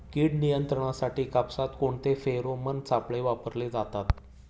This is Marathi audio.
कीड नियंत्रणासाठी कापसात कोणते फेरोमोन सापळे वापरले जातात?